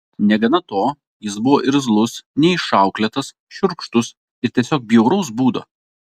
negana to jis buvo irzlus neišauklėtas šiurkštus ir tiesiog bjauraus būdo